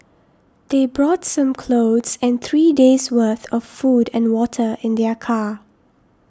they brought some clothes and three days' worth of food and water in their car